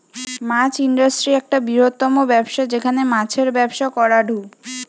মাছ industry একটা বৃহত্তম ব্যবসা যেখানে মাছের ব্যবসা করাঢু